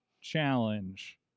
Challenge